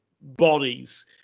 bodies